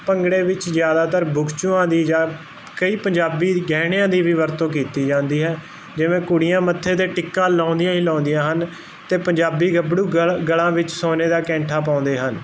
ਭੰਗੜੇ ਵਿੱਚ ਜਿਆਦਾਤਰ ਬੁਕਚੂਆਂ ਦੀ ਜਾਂ ਕਈ ਪੰਜਾਬੀ ਗਹਿਣਿਆਂ ਦੀ ਵੀ ਵਰਤੋਂ ਕੀਤੀ ਜਾਂਦੀ ਹੈ ਜਿਵੇਂ ਕੁੜੀਆਂ ਮੱਥੇ ਤੇ ਟਿੱਕਾ ਲਾਉਂਦੀਆਂ ਹੀ ਲਾਉਂਦੀਆਂ ਹਨ ਤੇ ਪੰਜਾਬੀ ਗੱਭਰੂ ਗਲ ਗਲਾਂ ਵਿੱਚ ਸੋਨੇ ਦਾ ਕੈਂਠਾ ਪਾਉਂਦੇ ਹਨ